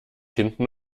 hinten